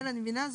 אני מבינה,